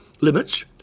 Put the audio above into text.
limits